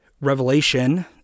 Revelation